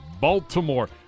Baltimore